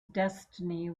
destiny